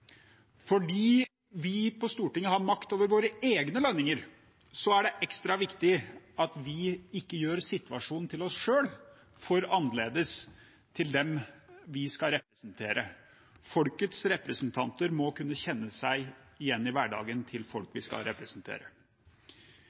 Fordi vi på Stortinget har makt over våre egne lønninger, er det ekstra viktig at vi ikke gjør situasjonen for oss selv for annerledes enn for dem vi skal representere. Folkets representanter må kunne kjenne seg igjen i hverdagen til folk vi skal representere.